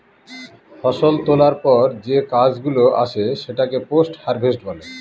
ফষল তোলার পর যে কাজ গুলো আসে সেটাকে পোস্ট হারভেস্ট বলে